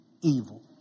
evil